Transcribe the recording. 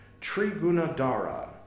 Trigunadara